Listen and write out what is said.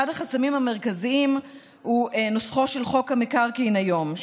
אחד החסמים המרכזיים הוא נוסחו של חוק המקרקעין היום,